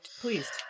please